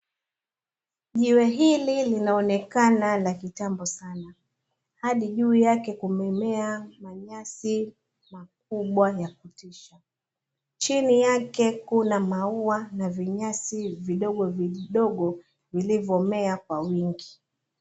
Jiwe hili linaonekana la kitambo sana, hadi juu yake kumemea manyasi makubwa ya kutisha, chini yake kuna maua na vinyasi vidogo vidogo vilivyomea kwa wingi.